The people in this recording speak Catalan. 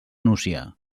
nucia